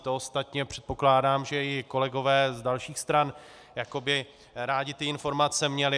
To ostatně předpokládám, že i kolegové z dalších stran by rádi ty informace měli.